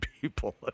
people